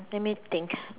let me think